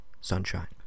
Sunshine